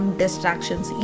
distractions